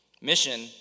Mission